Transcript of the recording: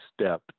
step